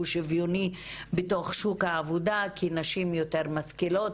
שוויוני בתוך שוק העבודה כי נשים יותר משכילות,